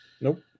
nope